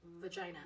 vagina